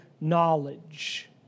knowledge